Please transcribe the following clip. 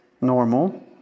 normal